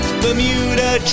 bermuda